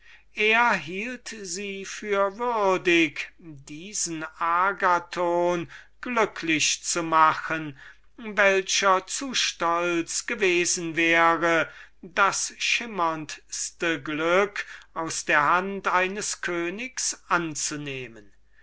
er hielt sie für würdig diesen agathon glücklich zu machen welcher zu stolz gewesen wäre das schimmerndste glück aus der hand eines königs anzunehmen